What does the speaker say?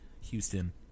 houston